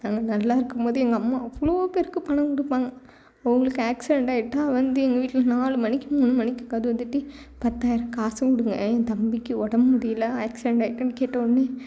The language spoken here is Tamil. நாங்கள் நல்லாயிருக்கும் போது எங்கள் அம்மா அவ்வளோ பேருக்கு பணம் கொடுப்பாங்க அவங்களுக்கு ஆக்சிடெண்ட் ஆகிட்டா வந்து எங்கள் வீட்டில் நாலு மணிக்கு மூணு மணிக்கு கதவை தட்டி பத்தாயிரம் காசு கொடுங்க என் தம்பிக்கு உடம்பு முடியல ஆக்சிடெண்ட் ஆகிட்டுனு கேட்டோடனே